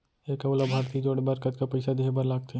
एक अऊ लाभार्थी जोड़े बर कतका पइसा देहे बर लागथे?